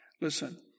Listen